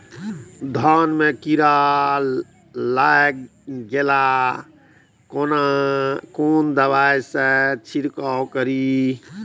धान में कीरा लाग गेलेय कोन दवाई से छीरकाउ करी?